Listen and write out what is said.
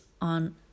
on